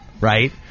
right